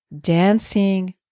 dancing